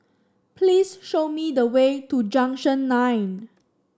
please show me the way to Junction Nine